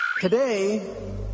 Today